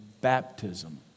baptism